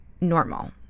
normal